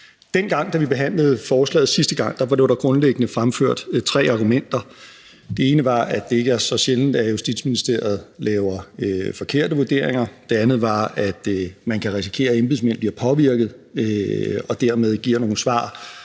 Dengang, da vi behandlede forslaget sidste gang, blev der jo grundlæggende fremført tre argumenter: Det ene var, at det ikke er så sjældent, at Justitsministeriet laver forkerte vurderinger; det andet var, at man kan risikere, at embedsmænd bliver påvirket og dermed giver nogle svar,